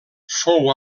fou